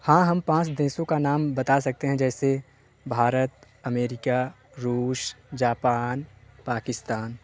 हाँ हम पाँच देशों का नाम बता सकते हैं जैसे भारत अमेरिका रूस जापान पाकिस्तान